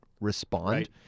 respond